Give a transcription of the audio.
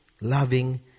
loving